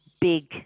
big